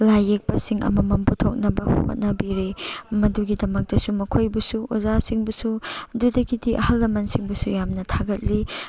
ꯂꯥꯏ ꯌꯦꯛꯄꯁꯤꯡ ꯑꯃꯃꯝ ꯄꯨꯊꯣꯛꯅꯕ ꯍꯣꯠꯅꯕꯤꯔꯤ ꯃꯗꯨꯒꯤꯗꯃꯛꯇꯁꯨ ꯃꯈꯣꯏꯕꯨꯁꯨ ꯑꯣꯖꯥꯁꯤꯡꯕꯨꯁꯨ ꯑꯗꯨꯗꯒꯤꯗꯤ ꯑꯍꯜ ꯂꯃꯟꯁꯤꯡꯕꯨꯁꯨ ꯌꯥꯝꯅ ꯊꯥꯒꯠꯂꯤ